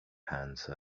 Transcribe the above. hands